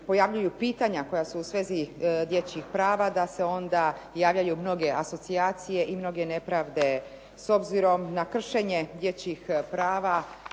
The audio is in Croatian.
pojavljuju pitanja koja su u svezi dječjih prava da se onda javljaju mnoge asocijacije i mnoge nepravde s obzirom na kršenje dječjih prava